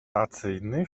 podobno